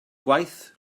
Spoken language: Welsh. gwaith